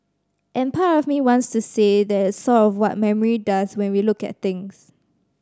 and part of me wants to say that it's sort of what memory does when we look at things